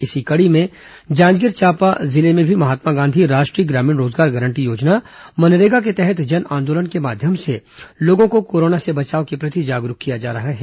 इसी कड़ी में जांजगीर चांपा जिले में भी महात्मा गांधी राष्ट्रीय ग्रामीण रोजगार गारंटी योजना मनरेगा के तहत जन आंदोलन के माध्यम से लोगों को कोरोना से बचाव के प्रति जागरूक किया जा रहा है